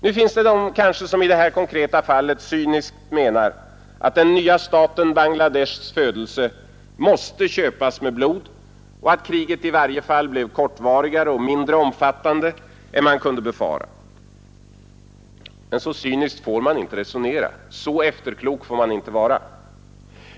Det finns kanske de som i detta konkreta fall cyniskt menar att den nya staten Bangladeshs födelse måste köpas med blod och att kriget i varje fall blev kortvarigare och mindre omfattande än man kunde befara. Men så cyniskt får man inte resonera, så efterklok får man inte vara.